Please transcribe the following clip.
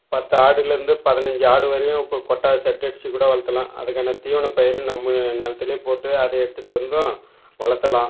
பத்து ஆடுலிருந்து பதினஞ்சு ஆடு வரையும் இப்போ கொட்டா செட் அடிச்சுக் கூட வளர்த்தலாம் அதுக்கான தீவனப் பயிர் நம்ம நிலத்திலேயே போட்டு அதை எடுத்துகிட்டு வந்தும் வளர்த்தலாம்